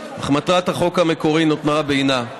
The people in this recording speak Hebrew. אך מטרת החוק המקורי נותרה בעינה,